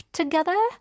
together